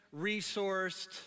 resourced